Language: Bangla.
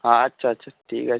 আচ্ছা আচ্ছা ঠিক আছে